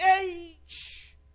age